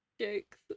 jokes